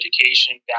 education